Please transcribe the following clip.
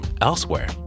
elsewhere